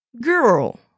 girl